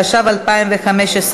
התשע"ו 2015,